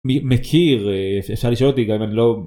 מכיר שהוא שואל אותי גם אם אני לא..